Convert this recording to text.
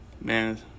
man